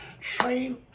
train